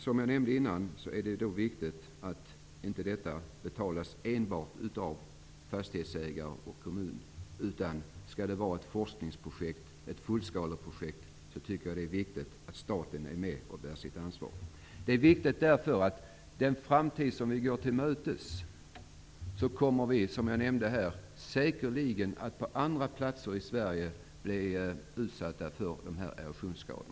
Som jag nämnde tidigare är det viktigt att dessa utgifter inte betalas enbart av fastighetsägare och kommun, utan skall det vara ett forskningsprojekt, ett fullskaleprojekt, är det viktigt att staten är med och bär sin del av ansvaret. Det är viktigt därför att i den framtid som vi går till mötes kommer, som jag nämnde, säkerligen andra platser i Sverige att bli utsatta för sådana här erosionsskador.